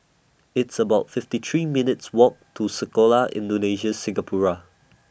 It's about fifty three minutes' Walk to Sekolah Indonesia Singapura